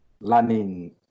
learning